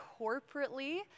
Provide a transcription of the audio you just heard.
corporately